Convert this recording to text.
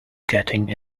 getting